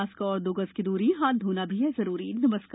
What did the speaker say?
mask और दो गज की दूरी हाथ धोना भी है जरुरी नमस्कार